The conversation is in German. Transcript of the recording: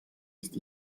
ist